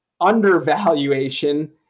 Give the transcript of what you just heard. undervaluation